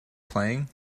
playing